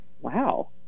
Wow